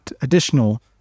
additional